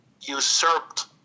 usurped